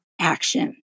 action